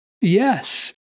yes